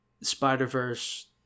spider-verse